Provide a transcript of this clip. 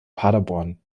paderborn